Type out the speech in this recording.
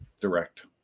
Direct